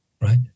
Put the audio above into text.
right